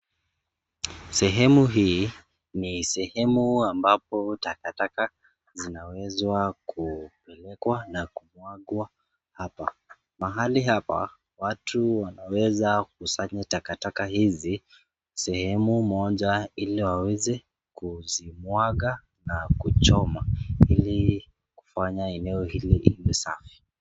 Sehemu hii ni sehemu ambapo takataka zinawezwa kuwekwa na kumwagwa hapa. Mahali hapa watu wanaweza kusanya takataka hizi sehemu moja ili waweze kuzimwaga na kuchoma ili kufanya eneo hili likuwe safi.